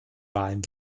wahlen